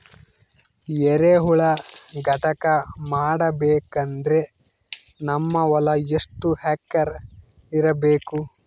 ಎರೆಹುಳ ಘಟಕ ಮಾಡಬೇಕಂದ್ರೆ ನಮ್ಮ ಹೊಲ ಎಷ್ಟು ಎಕರ್ ಇರಬೇಕು?